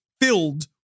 filled